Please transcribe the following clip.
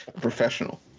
Professional